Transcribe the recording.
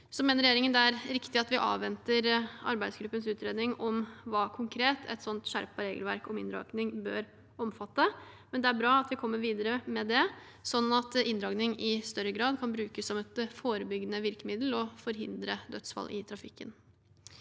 i dag. Regjeringen mener det er riktig at vi avventer arbeidsgruppens utredning om hva et skjerpet regelverk om inndragning konkret bør omfatte. Det er bra at vi kommer videre med det, sånn at inndragning i større grad kan brukes som et forebyggende virkemiddel og forhindre dødsfall i trafikken.